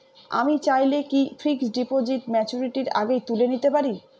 আমি চাইলে কি ফিক্সড ডিপোজিট ম্যাচুরিটির আগেই তুলে নিতে পারি?